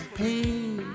pain